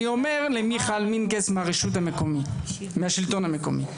אני אומר למיכל מינקס מהשלטון המקומי.